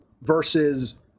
versus